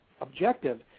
objective